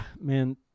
man